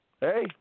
Hey